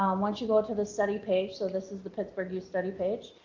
um once you go to the study page. so this is the pittsburgh youth study page.